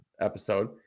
episode